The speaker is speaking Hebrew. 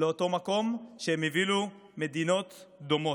לאותו מקום שהם הובילו מדינות דומות.